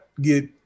get